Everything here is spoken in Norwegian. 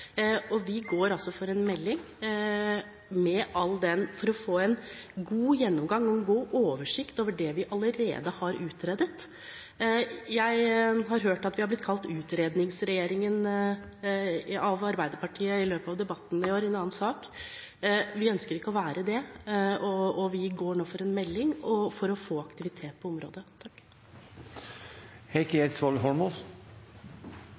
høringsinstansene. Vi går inn for en melding for å få en god gjennomgang og en god oversikt over det vi allerede har utredet. Jeg har hørt at vi i løpet av debatten har blitt kalt utredningsregjeringen av Arbeiderpartiet. Det var i en annen sak. Vi ønsker ikke å være det, og vi går nå for en melding for å få aktivitet på området.